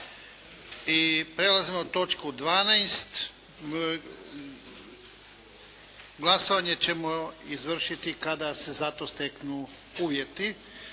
I prelazimo na točku 12. Glasovanje ćemo izvršiti kada se za to steknu uvjeti.